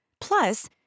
Plus